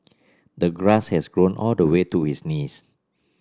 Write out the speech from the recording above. the grass has grown all the way to his knees